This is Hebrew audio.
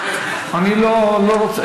אני לא, לא רוצה.